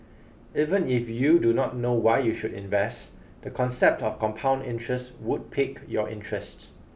even if you do not know why you should invest the concept of compound interest would pique your interest